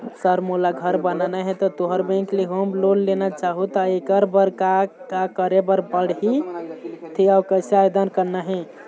Sir मोला घर बनाना हे ता तुंहर बैंक ले होम लोन लेना चाहूँ ता एकर बर का का करे बर पड़थे अउ कइसे आवेदन करना हे?